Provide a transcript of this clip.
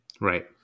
Right